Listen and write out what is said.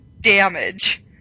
damage